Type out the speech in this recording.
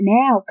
now